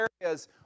areas